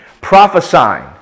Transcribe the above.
prophesying